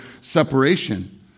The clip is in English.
separation